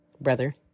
brother